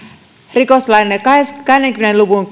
rikoslain kahdenkymmenen luvun